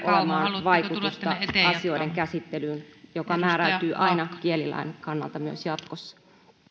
olemaan vaikutusta asioiden käsittelyyn joka määräytyy aina kielilain kannalta myös jatkossa